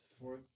Fourth